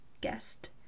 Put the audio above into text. guest